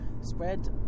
spread